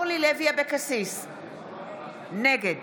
נגד